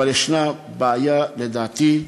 אבל ישנה בעיה, לדעתי,